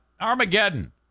Armageddon